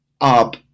up